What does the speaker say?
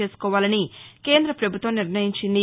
చేసుకోవాలని కేంద పభుత్వం నిర్ణయించింది